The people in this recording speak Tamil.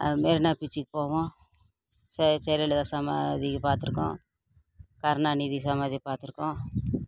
மெரினா பீச்சுக்கு போவோம் ஜெயலலிதா சமாதி பார்த்துருக்கோம் கருணாநிதி சமாதியை பார்த்துருக்கோம்